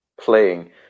playing